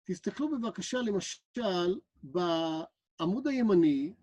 תסתכלו בבקשה למשל בעמוד הימני